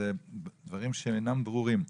אלו דברים שאינם ברורים.